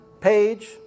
page